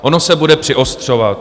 Ono se bude přiostřovat.